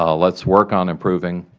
um let's work on improving